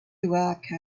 code